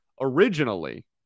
originally